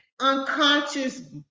unconscious